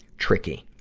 tricky.